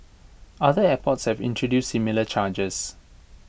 other airports have introduced similar charges